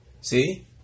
See